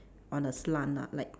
on a slant ah like